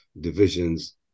divisions